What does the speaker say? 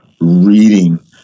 reading